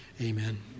Amen